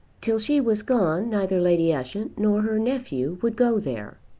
till she was gone neither lady ushant nor her nephew would go there,